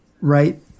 right